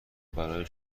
برای